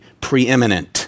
preeminent